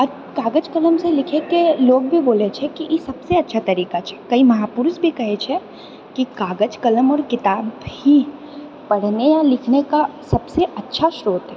आओर कागज कलमसँ लिखएके लोक भी बोलए छै कि ई सबसँ अच्छा तरिका छै कइ महापुरुष भी कहैत छै कि कागज कलम आओर किताब ही पढ़ने आओर लिखने का सबसे अच्छा श्रोत है